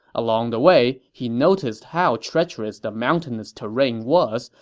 along the way, he noticed how treacherous the mountainous terrain was,